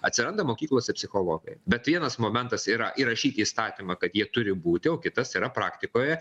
atsiranda mokyklose psichologai bet vienas momentas yra įrašyti įstatymą kad jie turi būti o kitas yra praktikoje